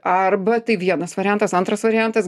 arba tai vienas variantas antras variantas